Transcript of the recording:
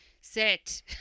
sit